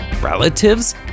relatives